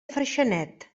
freixenet